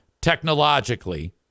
technologically